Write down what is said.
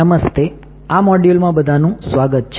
નમસ્તે આ મોડ્યુલ માં બધાનું સ્વાગત છે